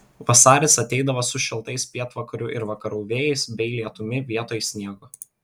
vasaris ateidavo su šiltais pietvakarių ir vakarų vėjais bei lietumi vietoj sniego